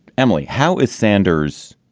emily, how is sanders